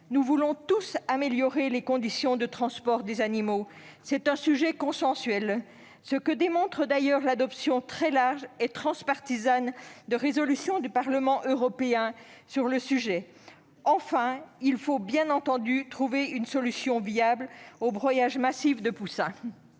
Nous voulons tous améliorer les conditions de transport des animaux : c'est un sujet consensuel, ce que montre d'ailleurs l'adoption très large et transpartisane de résolutions du Parlement européen sur le sujet. Enfin, il faut bien entendu trouver une solution viable au broyage massif de poussins.